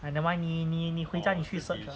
ah never mind 你你你回家你去 search 了